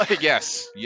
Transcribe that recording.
Yes